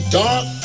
dark